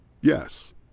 Yes